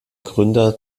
gründer